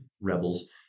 Rebels